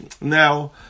Now